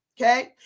Okay